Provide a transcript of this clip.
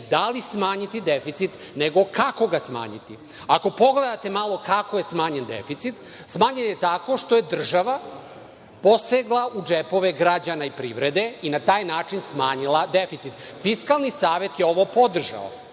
da li smanjiti deficit nego kako ga smanjiti. Ako pogledate malo kako je smanjen deficit, smanjen je tako što je država posegla u džepove građana i privrede i na taj način smanjila deficit. Fiskalni savet je ovo podržao